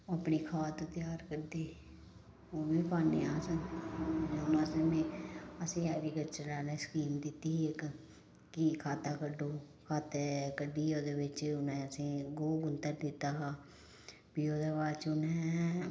ओह् अपनी खाद त्यार करदे ओह् बी पान्ने आं अस हून असेंगी असेंगी ऐग्रीकल्चर आह्ले स्कीम दित्ती ही इक कि खाता कड्डो खातै कड्ढियै ओह्दे बिच्च उ'नें असें गूं गुत्तर दित्ता हा फ्ही ओह्दे बाद च उ'नें